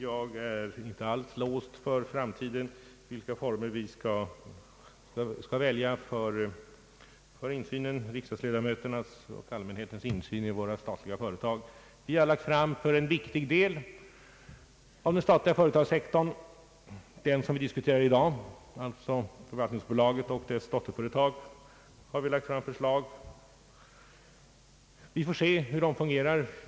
Jag är inte alls låst för framtiden vad beträffar formerna för riksdagsledamöternas och allmänhetens insyn i de statliga företagen. För den viktiga del av den statliga företagssektorn som vi diskuterar i dag — alltså förvaltningsbolaget och dess dotterföretag Ang. ett statligt förvaltningsbolag m.m. — har vi lagt fram förslag. Vi får se hur det systemet fungerar.